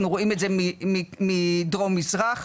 אנחנו רואים את זה מדרום מזרח.